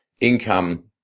income